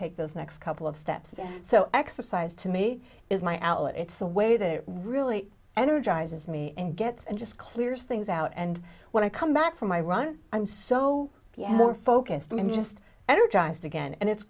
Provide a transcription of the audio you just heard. take those next couple of steps so exercise to me is my outlet it's the way that it really energizes me and gets and just clears things out and when i come back from my run i'm so focused on just energized again and it's